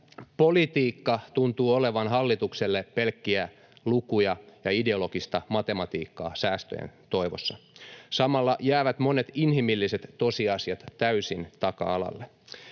Politiikka tuntuu olevan hallitukselle pelkkiä lukuja ja ideologista matematiikkaa säästöjen toivossa. Samalla jäävät monet inhimilliset tosiasiat täysin taka-alalle.